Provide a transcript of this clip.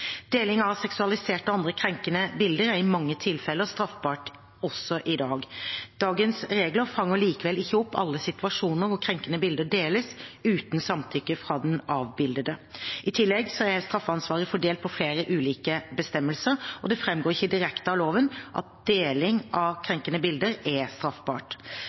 Deling av seksualiserte og andre krenkende bilder er i mange tilfeller straffbart også i dag. Dagens regler fanger likevel ikke opp alle situasjoner hvor krenkende bilder deles uten samtykke fra den avbildede. I tillegg er straffansvaret fordelt på flere ulike bestemmelser, og det fremgår ikke direkte av loven at deling av krenkende bilder er straffbart.